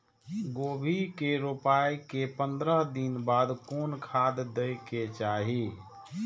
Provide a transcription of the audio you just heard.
गोभी के रोपाई के पंद्रह दिन बाद कोन खाद दे के चाही?